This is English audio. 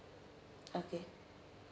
okay